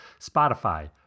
Spotify